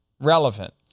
relevant